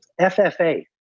FFA